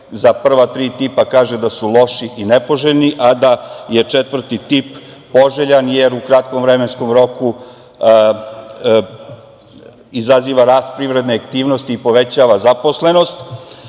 za prva tri tipa kaže da su loši i nepoželjni, a da je četvrti tip poželjan, jer u kratkom vremenskom roku izaziva rast privredne aktivnosti i povećava zaposlenost. Naravno